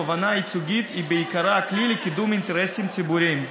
התובענה הייצוגית היא בעיקרה כלי לקידום אינטרסים ציבוריים.